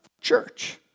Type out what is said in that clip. church